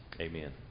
amen